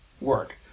work